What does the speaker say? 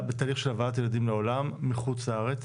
בתהליך של הבאת ילדים לעולם מחוץ לארץ,